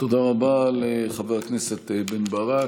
תודה רבה לחבר הכנסת בן ברק.